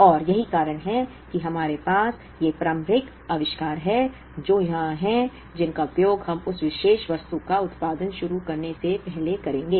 और यही कारण है कि हमारे पास ये प्रारंभिक आविष्कार हैं जो यहां हैं जिनका उपयोग हम उस विशेष वस्तु का उत्पादन शुरू करने से पहले करेंगे